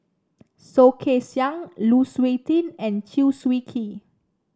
Soh Kay Siang Lu Suitin and Chew Swee Kee